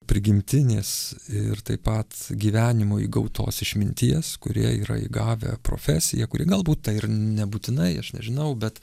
prigimtinės ir taip pat gyvenimo įgautos išminties kurie yra įgavę profesiją kuri galbūt tai ir nebūtinai aš nežinau bet